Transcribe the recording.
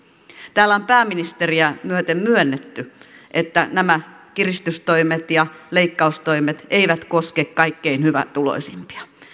täällä on pääministeriä myöten myönnetty että nämä kiristystoimet ja leikkaustoimet eivät koske kaikkein hyvätuloisimpia